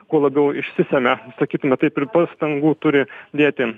kuo labiau išsisemia sakytume taip ir pastangų turi dėti